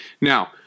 Now